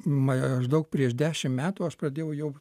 maždaug prieš dešim metų aš pradėjau jau